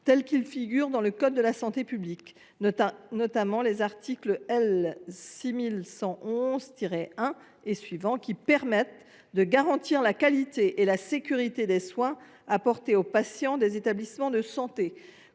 telles qu’elles figurent dans le code de la santé publique, notamment à ses articles L. 6111 1 et suivants, qui permettent de garantir la qualité et la sécurité des soins apportés aux patients des établissements de santé.